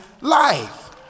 life